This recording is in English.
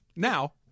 Now